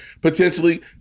Potentially